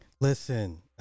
listen